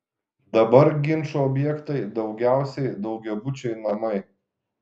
dabar ginčų objektai daugiausiai daugiabučiai namai